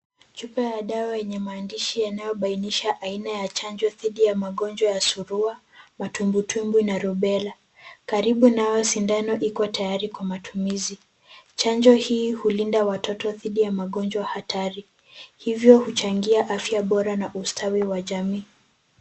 Chupa ya dawa yenye maandishi yanayobainisha aina ya chanjo dhidi ya magonjwa ya surua, matumbwi tumbwi na rubela. Karibu nayo sindano iko tayari kwa matumizi. Chanjo hii hulinda watoto dhidi ya magonjwa hatari hivyo huchangia afya bora na ustawi wa jamii.